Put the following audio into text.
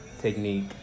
technique